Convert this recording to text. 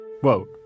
Whoa